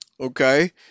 Okay